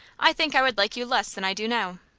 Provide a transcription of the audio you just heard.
i think i would like you less than i do now.